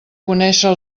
conèixer